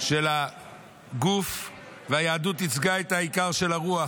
של הגוף והיהדות ייצגה את העיקר של הרוח,